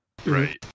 right